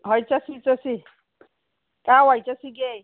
ꯍꯣꯏ ꯆꯠꯁꯤ ꯆꯠꯁꯤ ꯀꯗꯥꯏ ꯋꯥꯏꯗ ꯆꯠꯁꯤꯒꯦ